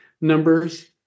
numbers